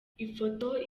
ifoto